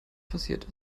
passiert